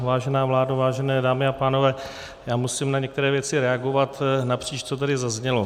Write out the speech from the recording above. Vážená vládo, vážené dámy a pánové, já musím na některé věci reagovat napříč, co tady zaznělo.